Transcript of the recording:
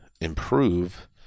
improve